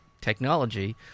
technology